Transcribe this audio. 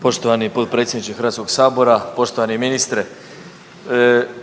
Poštovani potpredsjedniče HS-a, poštovani ministre.